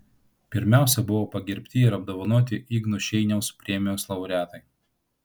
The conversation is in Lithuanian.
pirmiausia buvo pagerbti ir apdovanoti igno šeiniaus premijos laureatai